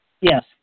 Yes